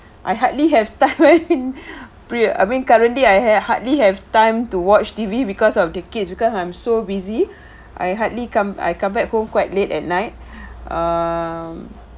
I hardly have time I mean currently I have hardly have time to watch T_V because of the kids because I'm so busy I hardly come I come back home quite late at night um